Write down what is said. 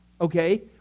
okay